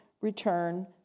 return